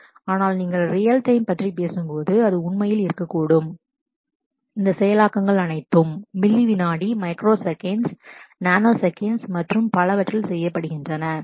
எனவே ஆனால் நீங்கள் ரியல் டைம் பற்றி பேசும்போது அது உண்மையில் இருக்கக்கூடும் இந்த செயலாக்கங்கள் அனைத்தும் மில்லி விநாடி microsecond micro second nanosecond nano second மற்றும் பலவற்றில் செய்யப்படுகின்றன